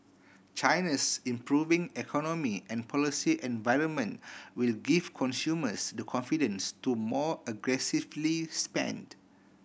China's improving economy and policy environment will give consumers the confidence to more aggressively spend